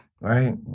right